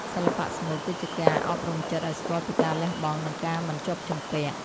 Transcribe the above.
សិល្បៈស្មូតគឺជាការអប់រំចិត្តឱ្យស្គាល់ពីការលះបង់ និងការមិនជាប់ជំពាក់។